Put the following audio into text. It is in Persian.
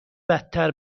بدتر